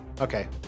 Okay